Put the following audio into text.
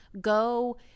Go